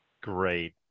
Great